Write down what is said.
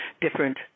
different